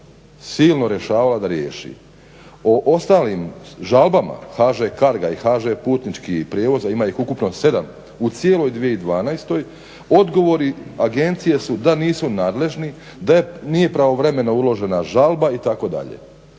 silno rješavala da riješi. O ostalim žalbama HŽ CARGO-a i HŽ putničkih prijevoza ima ih ukupno sedam u cijeloj 2012. odgovori agencije su da nisu nadležni, da nije pravovremeno uložena žalba itd.,